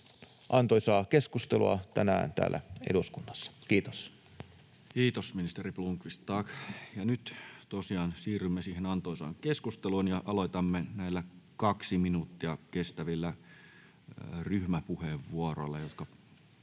pohjoismaisista rajaesteistä Time: 17:11 Content: Kiitos, ministeri Blomqvist, tack. — Ja nyt tosiaan siirrymme siihen antoisaan keskusteluun. Aloitamme näillä kaksi minuuttia kestävillä ryhmäpuheenvuoroilla, jotka